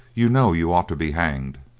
you know you ought to be hanged.